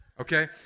Okay